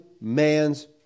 man's